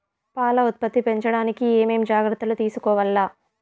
పాల ఉత్పత్తి పెంచడానికి ఏమేం జాగ్రత్తలు తీసుకోవల్ల?